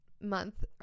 Month